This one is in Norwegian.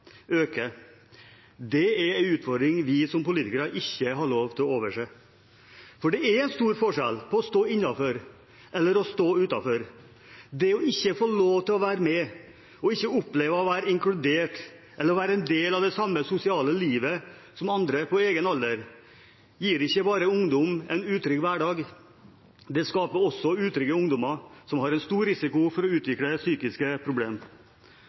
Det er en utfordring vi som politikere ikke har lov til å overse, for det er en stor forskjell på å være innenfor eller å stå utenfor. Det ikke å få lov til å være med – å oppleve ikke å være inkludert eller en del av det samme sosiale livet som andre på egen alder – gir ikke bare ungdom en utrygg hverdag, det skaper også utrygge ungdommer, som har en stor risiko for å utvikle psykiske